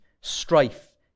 strife